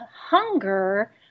hunger